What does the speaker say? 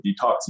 detoxing